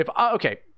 Okay